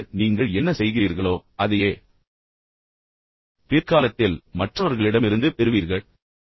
மற்றவர்களுக்கு நீங்கள் என்ன செய்கிறீர்களோ அதையே பிற்காலத்தில் மற்றவர்களிடமிருந்து பெறுவீர்கள்